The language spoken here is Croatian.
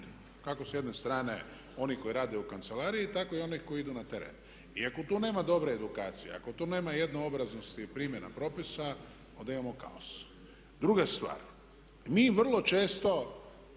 kako s jedne strane onih koji rade u kancelariji tako i onih koji idu na teren. I ako tu nema dobre edukacije, ako tu nema jednoobraznosti i primjena propisa onda imamo kaos. Druga stvar, mi vrlo često